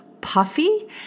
puffy